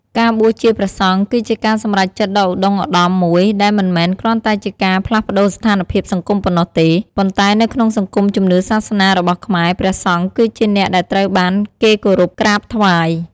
ការបួសជាព្រះសង្ឃ គឺជាការសម្រេចចិត្តដ៏ឧត្តុង្គឧត្តមមួយ ដែលមិនមែនគ្រាន់តែជាការផ្លាស់ប្ដូរស្ថានភាពសង្គមប៉ុណ្ណោះទេ ប៉ុន្តែនៅក្នុងសង្គមជំនឿសាសនារបស់ខ្មែរ ព្រះសង្ឃគឺជាអ្នកដែលត្រូវបានគេគោរពក្រាបថ្វាយ។